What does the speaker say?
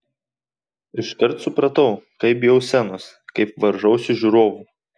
iškart supratau kaip bijau scenos kaip varžausi žiūrovų